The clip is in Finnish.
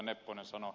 nepponen sanoi